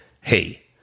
hey